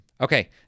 Okay